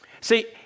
See